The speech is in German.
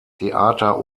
theater